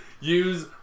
use